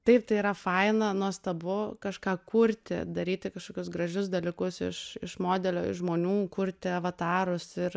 taip tai yra faina nuostabu kažką kurti daryti kažkokius gražius dalykus iš iš modelio iš žmonių kurti avatarus ir